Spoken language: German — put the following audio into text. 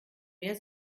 mehr